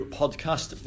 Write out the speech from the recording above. podcast